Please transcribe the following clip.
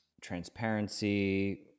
transparency